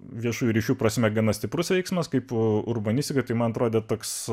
viešųjų ryšių prasme gana stiprus veiksmas kaip urbanistikai tai man atrodė toks